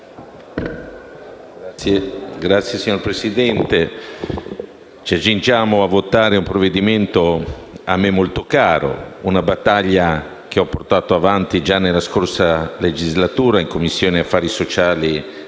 (MpA))*. Signor Presidente, ci accingiamo a votare un provvedimento a me molto caro, che fa seguito ad una battaglia che ho portato avanti già nella scorsa legislatura in Commissione affari sociali